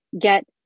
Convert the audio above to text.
get